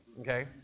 okay